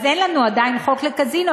אז אין לנו עדיין חוק לקזינו,